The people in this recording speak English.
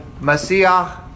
Messiah